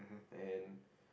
and